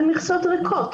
על מכסות ריקות.